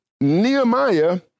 Nehemiah